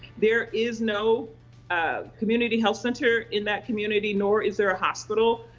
there is no um community health center in that community nor is there a hospital.